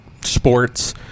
sports